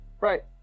right